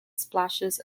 splashes